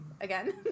again